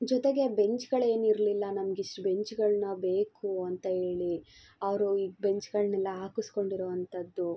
ಜೊತೆಗೆ ಬೆಂಚುಗಳೇನು ಇರಲಿಲ್ಲ ನಮಗೆ ಇಷ್ಟು ಬೆಂಚುಗಳ್ನ ಬೇಕು ಅಂತ ಹೇಳಿ ಅವರು ಈ ಬೆಂಚುಗಳ್ನೆಲ್ಲ ಹಾಕಿಸ್ಕೊಂಡಿರೋವಂಥದ್ದು